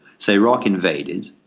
so iraq invaded.